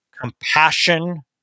compassion